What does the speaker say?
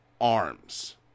arms